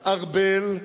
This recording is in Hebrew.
ארבל,